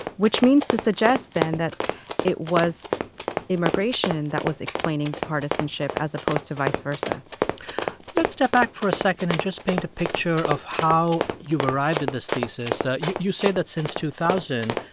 which means to suggest, then, that it was immigration that was explaining partisanship as opposed to vice versa let's step back for a second and just paint a picture of how you've arrived at this thesis. ah you you say that since two thousand,